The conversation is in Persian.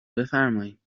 بفرمایین